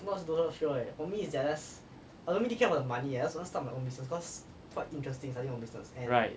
right